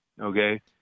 Okay